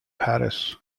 paris